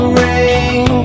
ring